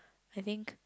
I think